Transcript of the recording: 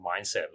mindset